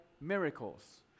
miracles